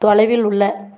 தொலைவில் உள்ள